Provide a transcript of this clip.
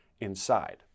inside